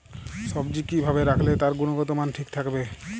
সবজি কি ভাবে রাখলে তার গুনগতমান ঠিক থাকবে?